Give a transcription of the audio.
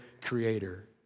creator